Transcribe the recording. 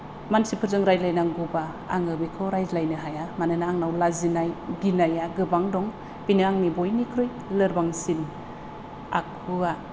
मानसिफोरजों रायज्लायनांगौबा आङो बेखौ रायज्लायनो हाया मानोना आंनाव लाजिनाय गिनाया गोबां दं बेनो आंनि बयनिख्रुइ लोरबांसिन आखुवा